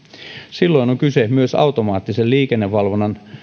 silloin on kyse myös automaattisen liikennevalvonnan